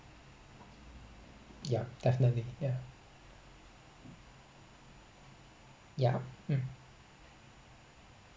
yeah definitely ya um